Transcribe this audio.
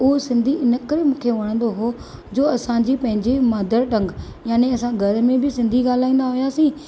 उहो सिंधी इन करे मूंखे वणंदो हुओ जो असांजी पंहिंजी मदर टंग याने असां घर में बि सिंधी ॻालाईंदा हुआसीं